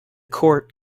court